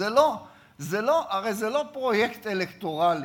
הרי זה לא פרויקט אלקטורלי,